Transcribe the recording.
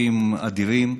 פיתוחים אדירים.